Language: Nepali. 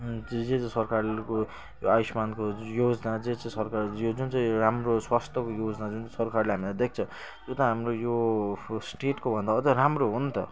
जे जे सरकारको आयुष्मान्को योजना जे छ सरकारको यो जुन चाहिँ राम्रो स्वास्थको योजना जुन चाहिँ सरकारले हामीलाई दिएको छ यो त हाम्रो यो स्टेटकोभन्दा अझ राम्रो हो नि त